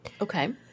Okay